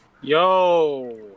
Yo